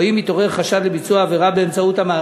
או אם התעורר חשד לביצוע עבירה באמצעותה.